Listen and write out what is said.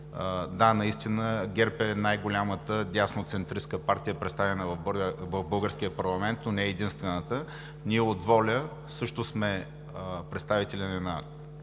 Да, наистина ГЕРБ е най-голямата дясноцентристка партия, представена в българския парламент, но не е единствената. От „Воля“ също сме представители на хората,